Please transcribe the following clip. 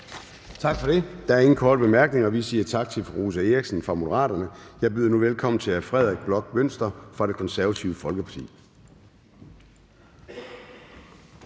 Tak for det. Der er ingen korte bemærkninger. Vi siger tak til fru Rosa Eriksen fra Moderaterne, og jeg byder nu velkommen til Frederik Bloch Münster fra Det Konservative Folkeparti.